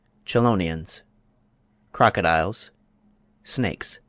chelonians crocodiles snakes,